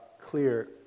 clear